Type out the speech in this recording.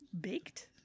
baked